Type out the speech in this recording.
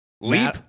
Leap